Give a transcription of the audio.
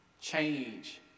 change